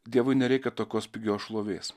dievui nereikia tokios pigios šlovės